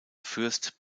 fürst